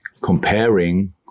comparing